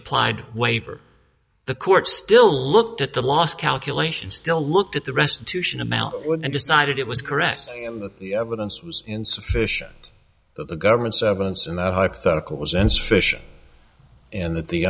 applied waiver the court still looked at the last calculation still looked at the restitution amount and decided it was caressed the evidence was insufficient that the government servants and that hypothetical was insufficient and that the